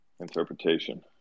interpretation